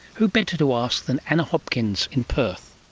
who better to ask than anna hopkins in perth.